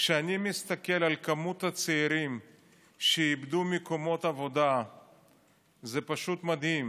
כשאני מסתכל על מספר הצעירים שאיבדו מקומות עבודה זה פשוט מדהים,